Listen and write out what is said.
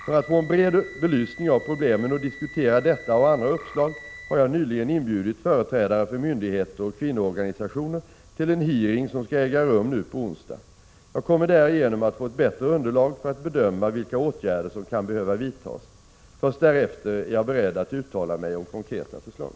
För att få en bred belysning av problemen och diskutera detta och andra uppslag har jag nyligen inbjudit företrädare för myndigheter och kvinnoorganisationer till en hearing som skall äga rum nu på onsdag. Jag kommer därigenom att få ett bättre underlag för att bedöma vilka åtgärder som kan behöva vidtas. Först därefter är jag beredd att uttala mig om konkreta förslag.